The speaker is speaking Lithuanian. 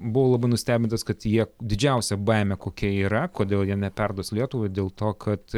buvau labai nustebintas kad jie didžiausią baimę kokia yra kodėl jie ne perduos lietuvai dėl to kad